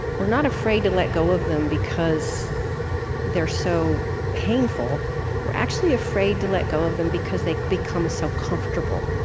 we're not afraid to let go of them because they're so painful we're actually afraid to let go of them because they've become so comfortable.